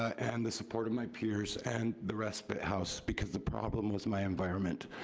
and the support of my peers and the respite house, because the problem was my environment.